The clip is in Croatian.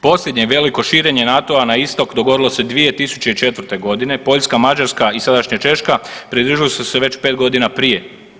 Posljednje i veliko širenje NATO-a na istok dogodilo se 2004. g., Poljska, Mađarska i sadašnja Češka pridružili su se već 5 godina prije.